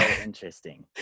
interesting